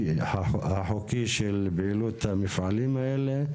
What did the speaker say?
החוקי של פעילות המפעלים האלה,